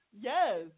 Yes